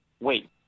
Wait